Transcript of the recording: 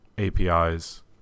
APIs